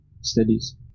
studies